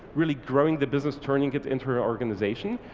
really growing the business, turning it into an organization,